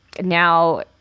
Now